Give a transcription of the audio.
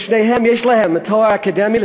אם לשניהם יש תואר אקדמי,